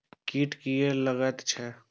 कीट किये लगैत छै?